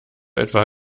etwa